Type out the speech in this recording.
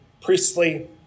priestly